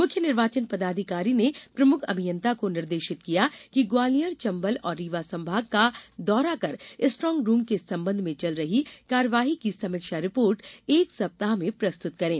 मुख्य निर्वाचन पदाधिकारी ने प्रमुख अभियंता को निर्देशित किया कि ग्वालियर चंबल और रीवा संभाग का दौरा कर स्ट्रांग रूम के संबंध में चल रही कार्यवाही की समीक्षा रिर्पोट एक सप्ताह में प्रस्तुत करें